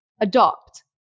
adopt